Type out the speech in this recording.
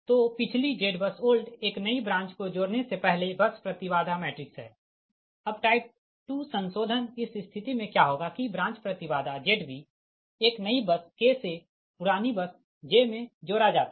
तो पिछली ZBUSOLD एक नई ब्रांच को जोड़ने से पहले बस प्रति बाधा मैट्रिक्स है अब टाइप 2 संशोधन इस स्थिति मे क्या होगा कि ब्रांच प्रति बाधा Zb एक नई बस k से पुरानी बस j मे जोड़ा जाता है